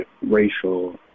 racial